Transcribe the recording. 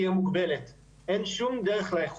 כדי שיהיו מודעים למה